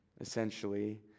essentially